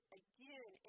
again